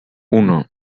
uno